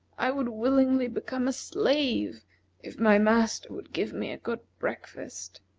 i would willingly become a slave if my master would give me a good breakfast.